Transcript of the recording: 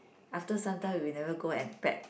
after sometime we never go and pack